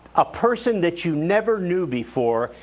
a person that you never knew before,